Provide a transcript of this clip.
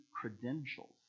credentials